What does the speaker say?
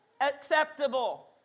acceptable